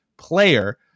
player